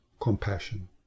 compassion